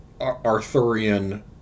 Arthurian